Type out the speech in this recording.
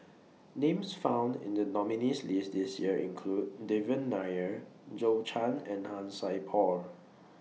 Names found in The nominees' list This Year include Devan Nair Zhou Can and Han Sai Por